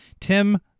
Tim